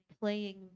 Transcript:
playing